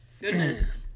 Goodness